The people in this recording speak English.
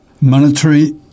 Monetary